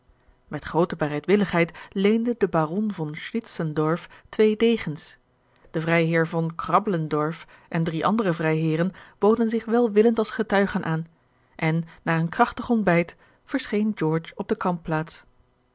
met groote bereidwilligheid leende de baron von schnitsendorf twee degens de vrijheer von krabbelendorf en drie andere vrijheeren boden zich welwillend als getuigen aan en na een krachtig ontbijt verscheen george op de